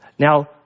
now